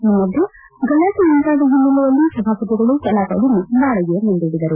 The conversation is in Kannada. ಈ ಮಧ್ಯೆ ಗಲಾಟೆಯುಂಟಾದ ಹಿನ್ನೆಲೆಯಲ್ಲಿ ಸಭಾಪತಿಗಳು ಕಲಾಪವನ್ನು ನಾಳೆಗೆ ಮುಂದೂಡಿದರು